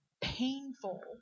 painful